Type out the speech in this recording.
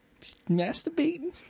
masturbating